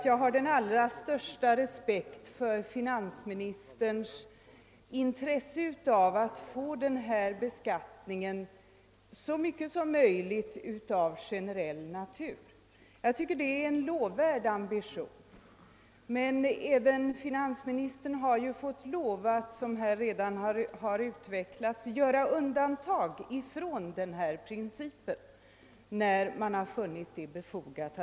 Jag har den allra största respekt för finansministerns intresse av att ifrågavarande beskattning i så stor utsträckning som möjligt skall vara av generell natur. Det är en lovvärd ambition. även finansministern har emellertid varit tvungen att, såsom redan har utveck Jas under debatterna, göra undantag från denna princip när han funnit det befogat.